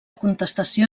contestació